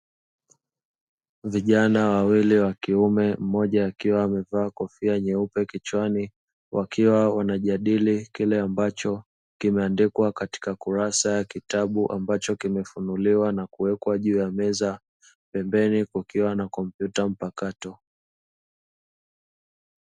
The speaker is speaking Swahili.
vijana wawili wa kiume mmoja akiwa amevaa kofia nyeupe kichwani, wakiwa wanjadili kile ambacho kimeandikwa katika kuraza ya kitabu kimefunuliwa na kuwekwa juu ya meza, pembeni kukiwa na kompyuta mpakato.